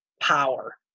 power